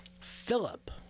Philip